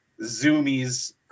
zoomies